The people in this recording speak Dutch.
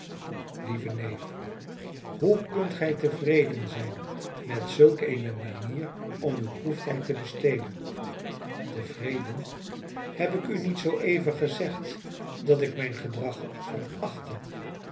lieve neef hoe kunt gij tevreden zijn met zulk eene manier om uw proeftijd te besteden tevreden heb ik u niet zooeven gezegd dat ik mijn gedrag verachtte